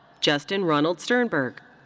justin ronald sternberg.